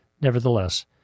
nevertheless